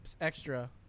extra